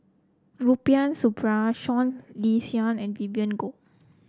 Rubiah Suparman Seah Liang Seah and Vivien Goh